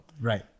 Right